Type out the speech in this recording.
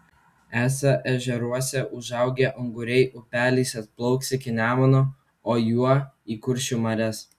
esą ežeruose užaugę unguriai upeliais atplauks iki nemuno o juo į kuršių marias